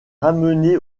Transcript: ramené